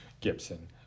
Gibson